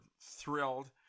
thrilled